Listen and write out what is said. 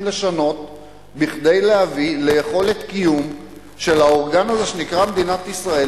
לשנות כדי להביא ליכולת קיום של האורגן הזה שנקרא מדינת ישראל,